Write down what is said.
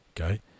Okay